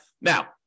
Now